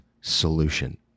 solution